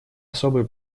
особую